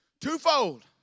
Twofold